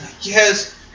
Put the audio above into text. Yes